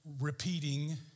repeating